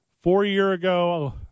four-year-ago